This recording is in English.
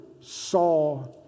saw